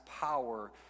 power